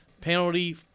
penalty